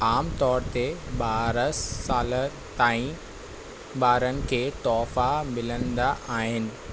आमु तौर ते ॿार सालनि ताईं ॿारनि खें तुहिफ़ा मिलंदा आहिनि